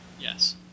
Yes